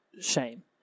shame